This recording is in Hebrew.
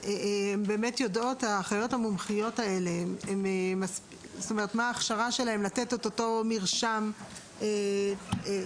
מה ההכשרה של האחיות המומחיות האלה לתת את אותו מרשם תחילי?